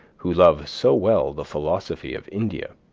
who love so well the philosophy of india.